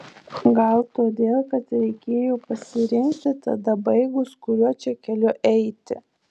gal todėl kad reikėjo pasirinkti tada baigus kuriuo čia keliu eiti